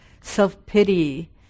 self-pity